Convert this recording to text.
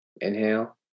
inhale